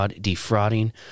defrauding